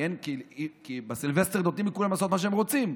כי בסילבסטר נותנים לכולם לעשות מה שהם רוצים.